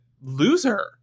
loser